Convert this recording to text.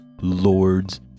Lords